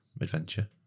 Adventure